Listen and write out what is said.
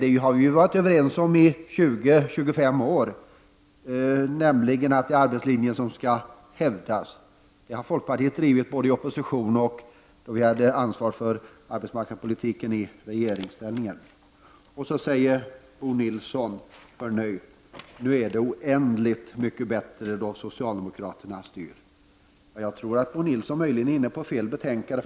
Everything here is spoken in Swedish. Vi har ju under 20-25 år varit överens om att arbetslinjen skall hävdas. Den linjen har folkpartiet drivit både i opposition och då vi hade ansvar för arbetsmarknadspolitiken i regeringsställning. Bo Nilsson säger förnöjt att det nu när socialdemokraterna styr är oändligt mycket bättre. Jag tror att Bo Nilsson möjligen är inne på fel betänkande.